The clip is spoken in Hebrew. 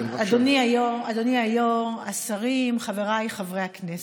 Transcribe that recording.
אדוני היו"ר, השרים, חבריי חברי הכנסת,